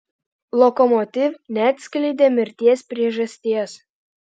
lokomotiv neatskleidė mirties priežasties